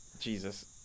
Jesus